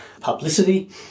publicity